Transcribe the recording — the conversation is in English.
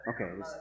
Okay